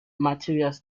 material